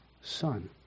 son